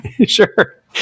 Sure